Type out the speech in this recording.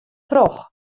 troch